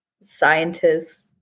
Scientists